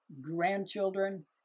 grandchildren